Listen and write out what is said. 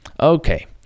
Okay